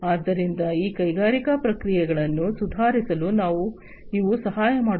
ಆದ್ದರಿಂದ ಈ ಕೈಗಾರಿಕಾ ಪ್ರಕ್ರಿಯೆಗಳನ್ನು ಸುಧಾರಿಸಲು ಇವು ಸಹಾಯ ಮಾಡುತ್ತದೆ